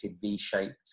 V-shaped